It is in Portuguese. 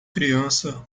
criança